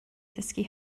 ddysgu